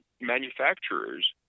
manufacturers